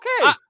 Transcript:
okay